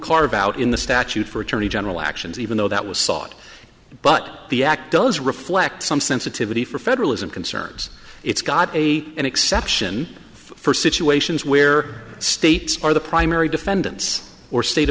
carve out in the statute for attorney general actions even though that was sought but the act does reflect some sensitivity for federalism concerns it's got a an exception for situations where states are the primary defendants or state